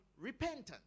Repentance